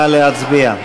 נא להצביע.